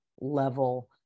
level